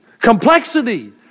complexity